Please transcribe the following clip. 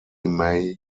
mae